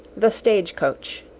the stage-coach